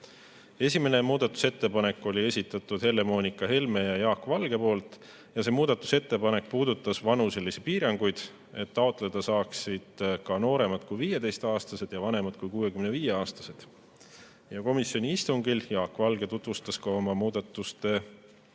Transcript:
Esimese muudatusettepaneku olid esitanud Helle-Moonika Helme ja Jaak Valge. See muudatusettepanek puudutas vanuselisi piiranguid, et [loometoetust] saaksid taotleda ka nooremad kui 15-aastased ja vanemad kui 65-aastased. Komisjoni istungil Jaak Valge tutvustas ka oma muudatuste sisu.